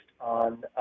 on